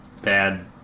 bad